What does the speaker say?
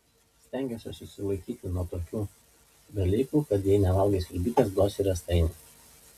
stengiuosi susilaikyti nuo tokių dalykų kad jei nevalgai sriubytės duosiu riestainį